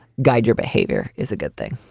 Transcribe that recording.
guide your behavior is a good thing